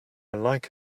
like